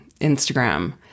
Instagram